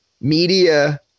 media